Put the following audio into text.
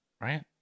Right